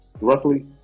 Roughly